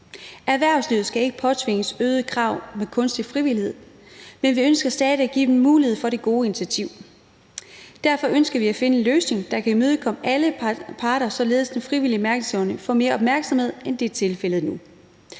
Erhvervslivet skal ikke påtvinges øgede krav med kunstig frivillighed, men vi ønsker stadig at give dem mulighed for det gode initiativ. Derfor ønsker vi at finde en løsning, der kan imødekomme alle parter, således at den frivillige mærkningsordning får mere opmærksomhed, end det er tilfældet nu.